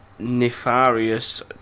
Nefarious